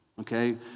okay